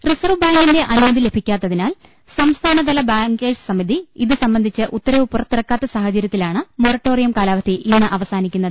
reserve ബാങ്കിന്റെ അനുമതി ലഭിക്കാത്തതിനാൽ സംസ്ഥാന തല ബാങ്കേഴ്സ് സമിതി ഇതുസംബന്ധിച്ച് ഉത്തരവ് പുറത്തിറക്കാത്ത സാഹ ചര്യത്തിലാണ് മൊറട്ടോറിയം കാലാവധി ഇന്ന് അവസാനിക്കുന്നത്